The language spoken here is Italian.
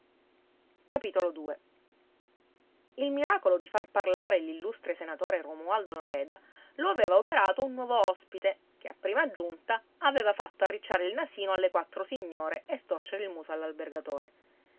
un momento il miracolo di far parlare l'illustre senatore romualdo reda lo aveva operato un nuovo ospite che a prima giunta aveva fatto arricciare il nasino alle quattro signore e storcere il muso